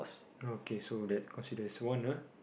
okay so that consider as one ah